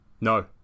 no